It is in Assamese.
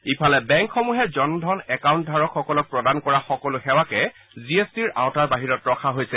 ইফালে বেংকসমূহে জনধন একাউণ্টধাৰকসকলক প্ৰদান কৰা সকলো সেৱাকে জি এছ টিৰ আওঁতাৰ বাহিৰত ৰখা হৈছে